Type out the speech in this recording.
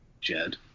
Jed